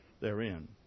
therein